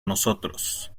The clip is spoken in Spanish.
nosotros